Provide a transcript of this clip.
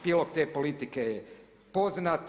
Pilot te politike je poznat.